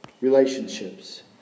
relationships